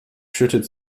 schüttet